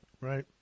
right